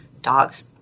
dogs